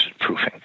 proofing